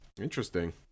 Interesting